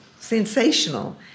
sensational